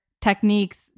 techniques